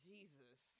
Jesus